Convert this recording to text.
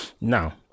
Now